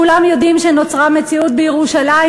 כולם יודעים שנוצרה מציאות בירושלים,